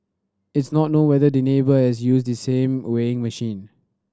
it's not known whether the neighbour has used the same weighing machine